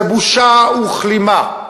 זה בושה וכלימה.